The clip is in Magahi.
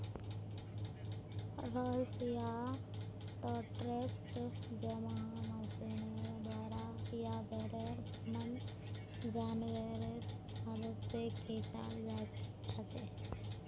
रोलर्स या त ट्रैक्टर जैमहँ मशीनेर द्वारा या बैलेर मन जानवरेर मदद से खींचाल जाछे